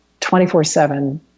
24-7